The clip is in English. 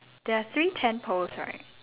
there are three tent poles right